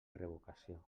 revocació